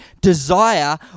desire